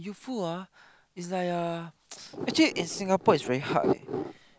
youthful ah is like uh actually in Singapore it's very hard leh